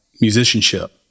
musicianship